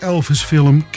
Elvis-film